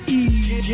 easy